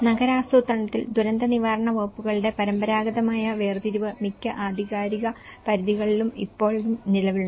നഗരാസൂത്രണത്തിൽ ദുരന്തനിവാരണ വകുപ്പുകളുടെ പരമ്പരാഗതമായ വേർതിരിവ് മിക്ക അധികാരപരിധികളിലും ഇപ്പോഴും നിലവിലുണ്ട്